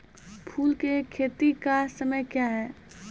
फुल की खेती का समय क्या हैं?